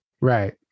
Right